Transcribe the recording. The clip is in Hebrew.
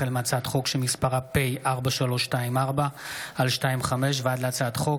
החל בהצעת חוק פ/4324/25 וכלה בהצעת חוק